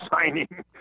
signing